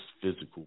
physical